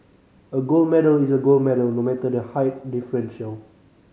a gold medal is a gold medal no matter the height differential